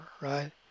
right